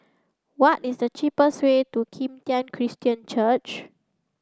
what is the cheapest way to Kim Tian Christian Church